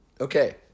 Okay